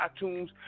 iTunes